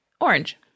orange